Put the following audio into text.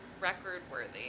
record-worthy